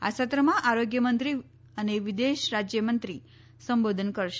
આ સત્રમાં આરોગ્યમંત્રી અને વિદેશ રાજ્યમંત્રી સંબોધન કરશે